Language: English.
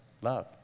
Love